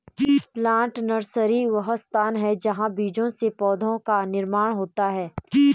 plant nursery वह स्थान है जहां बीजों से पौधों का निर्माण होता है